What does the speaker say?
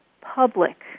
public